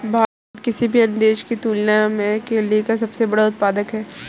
भारत किसी भी अन्य देश की तुलना में केले का सबसे बड़ा उत्पादक है